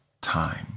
time